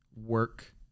work